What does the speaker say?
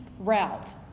Route